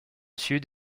sud